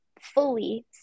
fully